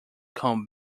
come